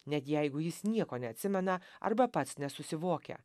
net jeigu jis nieko neatsimena arba pats nesusivokia